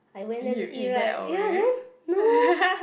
I went there to eat right ya then no